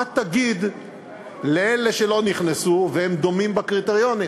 מה תגיד לאלה שלא נכנסו והם דומים בקריטריונים?